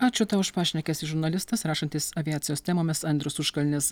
ačiū tau už pašnekesį žurnalistas rašantis aviacijos temomis andrius užkalnis